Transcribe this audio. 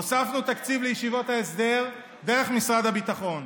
הוספנו תקציב לישיבות ההסדר דרך משרד הביטחון,